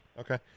okay